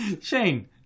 Shane